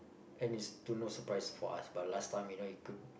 and it's to no surprise for us but last time you know it could